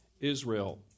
Israel